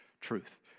truth